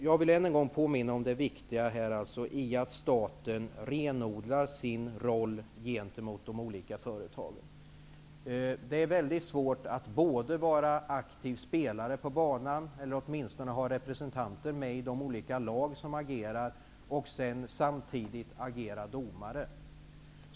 Jag vill än en gång påminna om det viktiga i att staten renodlar sin roll gentemot de olika företagen. Det är väldigt svårt att både vara en aktiv spelare på banan eller att åtminstone ha representanter med i de olika lag som agerar och samtidigt agera domare.